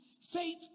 faith